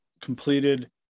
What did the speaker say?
completed